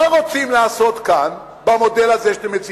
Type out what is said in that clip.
מה רוצים לעשות כאן, במודל הזה שאתם מציעים?